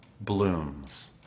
blooms